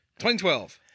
2012